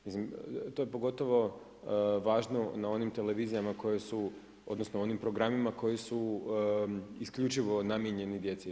To je pogotovo važno na onim televizijama koje su, odnosno onim programima koji su isključivo namijenjeni djeci.